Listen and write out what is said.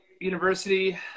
University